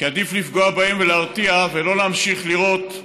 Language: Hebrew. כי עדיף לפגוע בהם ולהרתיע ולא להמשיך לראות,